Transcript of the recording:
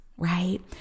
right